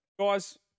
Guys